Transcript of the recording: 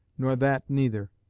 nor that neither.